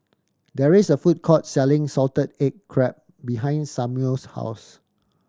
there is a food court selling salted egg crab behind Samual's house